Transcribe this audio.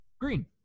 green